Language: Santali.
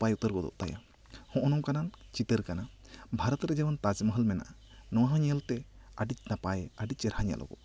ᱱᱟᱯᱟᱭ ᱩᱛᱟᱹᱨ ᱜᱚᱫᱚᱜ ᱛᱟᱭᱟ ᱦᱚᱜᱼᱚᱭ ᱱᱚᱝᱠᱟ ᱱᱟᱜ ᱪᱤᱛᱟᱹᱨ ᱠᱟᱱᱟ ᱵᱷᱟᱨᱚᱛ ᱨᱮ ᱡᱮᱢᱚᱱ ᱛᱟᱡᱽᱢᱟᱦᱟᱞ ᱢᱮᱱᱟᱜᱼᱟ ᱱᱚᱣᱟ ᱦᱚᱸ ᱧᱮᱞ ᱛᱮ ᱟᱹᱰᱤ ᱱᱟᱯᱟᱭ ᱟᱹᱰᱤ ᱪᱮᱦᱨᱟ ᱧᱮᱞᱚᱜᱼᱟ